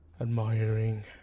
admiring